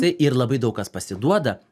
tai ir labai daug kas pasiduoda